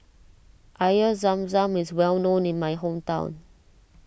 Air Zam Zam is well known in my hometown